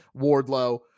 Wardlow